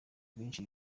bwinshi